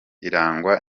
irangwa